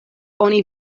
oni